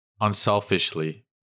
Unselfishly